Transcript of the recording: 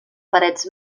parets